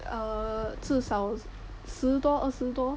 err 至少十多二十多